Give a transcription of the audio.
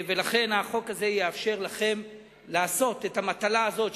ולכן החוק הזה יאפשר לכם למלא את המטלה הזאת,